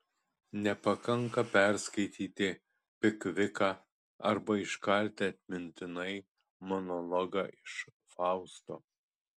nepakanka perskaityti pikviką arba iškalti atmintinai monologą iš fausto